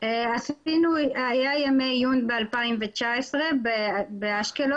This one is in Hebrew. --- היו ימי עיון ב-2019 באשקלון,